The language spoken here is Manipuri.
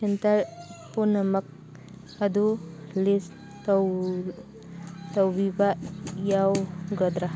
ꯁꯦꯟꯇꯔ ꯄꯨꯝꯅꯃꯛ ꯑꯗꯨ ꯂꯤꯁ ꯇꯧ ꯇꯧꯕꯤꯕ ꯌꯥꯒꯗ꯭ꯔꯥ